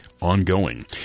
Ongoing